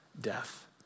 death